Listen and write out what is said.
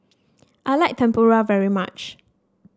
I like Tempura very much